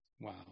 Wow